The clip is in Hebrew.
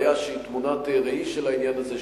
בעיה שהיא תמונת ראי של העניין הזה,